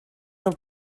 del